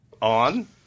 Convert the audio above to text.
On